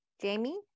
Jamie